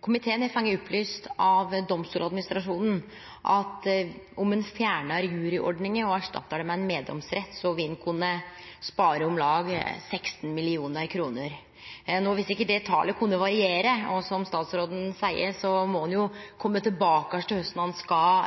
Komiteen har fått opplyst av Domstoladministrasjonen at om ein fjernar juryordninga og erstattar ho med ein meddomsrett, vil ein kunne spare om lag 16 mill. kr. No vil sikkert det talet kunne variere, og som statsråden seier, må ein jo til hausten kome tilbake til om ein skal